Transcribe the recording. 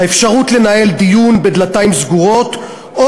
האפשרות לנהל דיון בדלתיים סגורות או